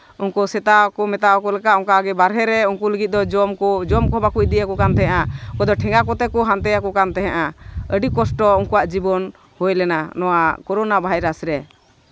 ᱩᱱᱠᱩ ᱥᱮᱛᱟ ᱠᱚ ᱢᱮᱛᱟᱣ ᱠᱚ ᱞᱮᱠᱟ ᱚᱱᱠᱟ ᱜᱮ ᱵᱟᱦᱨᱮ ᱩᱱᱠᱩ ᱞᱟᱹᱜᱤᱫ ᱫᱚ ᱡᱚᱢ ᱠᱚ ᱡᱚᱢ ᱵᱚᱞᱮ ᱤᱫᱤᱭᱟᱠᱚ ᱠᱟᱱ ᱛᱟᱦᱮᱸᱜᱼᱟ ᱚᱠᱚᱭ ᱫᱚ ᱴᱷᱮᱸᱜᱟ ᱠᱚᱛᱮ ᱠᱚ ᱦᱟᱱᱛᱮᱭᱟᱠᱚ ᱠᱟᱱ ᱛᱟᱦᱮᱸᱜᱼᱟ ᱟᱹᱰᱤ ᱠᱚᱥᱴᱚ ᱩᱱᱠᱩᱣᱟᱜ ᱡᱤᱵᱚᱱ ᱦᱳᱭ ᱞᱮᱱᱟ ᱱᱚᱣᱟ ᱠᱳᱨᱳᱱᱟ ᱵᱷᱟᱭᱨᱟᱥ ᱨᱮ